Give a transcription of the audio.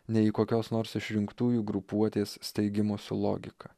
nei į kokios nors išrinktųjų grupuotės steigimo su logika